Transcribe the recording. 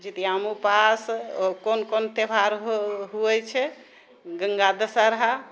जितिआमे उपास आओर कोन कोन त्यौहार हो हुअइ छै गङ्गा दशहरा